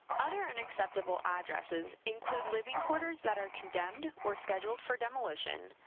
other unacceptable addresses include living quarters that are condemned or scheduled for demolition,